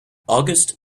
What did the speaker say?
august